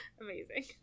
Amazing